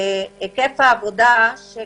היקף העבודה של